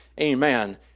amen